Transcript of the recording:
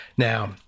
Now